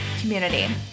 community